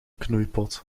knoeipot